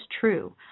true